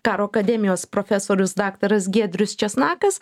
karo akademijos profesorius daktaras giedrius česnakas